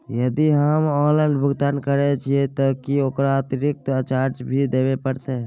यदि हम ऑनलाइन भुगतान करे छिये त की ओकर अतिरिक्त चार्ज भी देबे परतै?